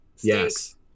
Yes